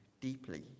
deeply